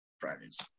Fridays